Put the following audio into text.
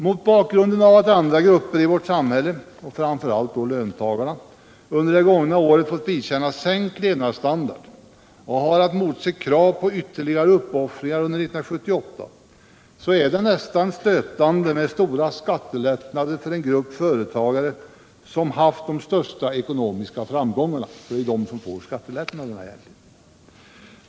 Mot bakgrund av att andra grupper i vårt samhälle, och framför allt då löntagarna, under det gångna året fått vidkännas sänkt levnadsstandard och har att motse krav på ytterligare uppoffringar 1978 är det nästan 59 stötande med stora skattelättnader för den grupp av företagare som haft de största ekonomiska framgångarna — för det är egentligen de som får skattelättnaderna.